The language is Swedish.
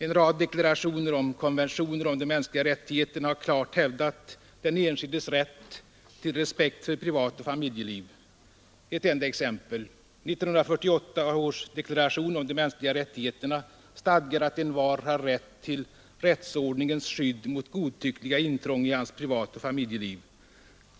En rad deklarationer och konventioner om de mänskliga rättigheterna har klart hävdat den enskildes rätt till respekt för privatoch familjeliv. Jag tar ett enda exempel. 1948 års deklaration om de mänskliga rättigheterna stadgar att envar har rätt till rättsordningens skydd mot godtyckliga intrång i hans privatoch familjeliv.